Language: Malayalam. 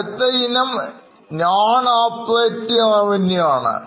അടുത്ത ഇനം Non operating revenueആണ്